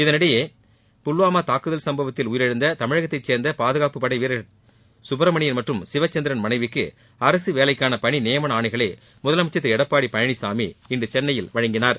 இதற்கிடையே புல்வாமா தாக்குதல் சும்பவத்தில் உயிரிழந்த தமிழகத்தைச் சேர்ந்த பாதுகாப்பு படை வீரர்கள் சுப்ரமணியன் மற்றும் சிவச்சந்திரன் மனைவிக்கு அரசு வேலைக்கான பணி நியமன ஆணைகளை முதலமைச்சர் திரு எடப்பாடி பழனிசாமி இன்று சென்னையில் வழங்கினார்